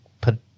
put